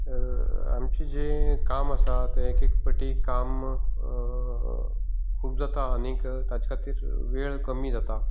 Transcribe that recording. आमची जें काम आसा तें एक एक पाटी काम खूब जाता आनीक ताचे खातीर वेळ कमी जाता